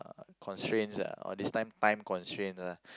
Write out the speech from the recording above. constraints ah or this time time constraints lah